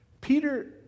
peter